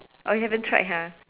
oh you haven't tried ha